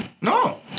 no